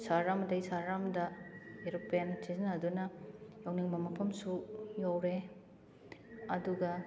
ꯁꯍꯔ ꯑꯃꯗꯩ ꯁꯍꯔ ꯑꯃꯗ ꯑꯦꯔꯣꯄ꯭ꯂꯦꯟ ꯁꯤꯖꯟꯅꯗꯨꯅ ꯌꯧꯅꯤꯡꯕ ꯃꯐꯝꯁꯨ ꯌꯧꯔꯦ ꯑꯗꯨꯒ